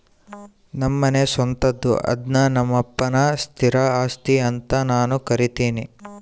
ನಮ್ಮನೆ ಸ್ವಂತದ್ದು ಅದ್ನ ನಮ್ಮಪ್ಪನ ಸ್ಥಿರ ಆಸ್ತಿ ಅಂತ ನಾನು ಕರಿತಿನಿ